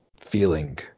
feeling